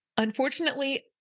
Unfortunately